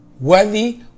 worthy